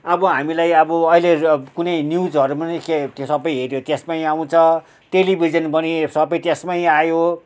अब हामीलाई अब अहिले कुनै न्युजहरू पनि के सबै हेऱ्यो त्यसमै आउँछ टेलिभिजन पनि सबै त्यसमै आयो